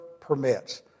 permits